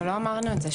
אבל לא אמרנו את זה.